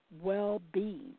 well-being